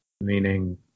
meaning